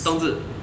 冬至